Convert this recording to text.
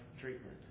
treatment